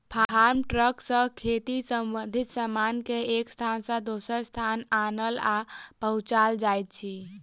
farm truck सॅ खेती संबंधित सामान के एक स्थान सॅ दोसर स्थान आनल आ पहुँचाओल जाइत अछि